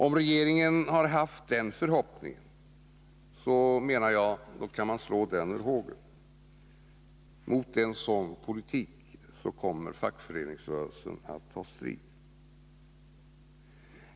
Om regeringen har haft den förhoppningen, kan den slå den ur hågen. Mot en sådan politik kommer fackföreningsrörelsen att ta strid.